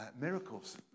miracles